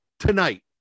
Tonight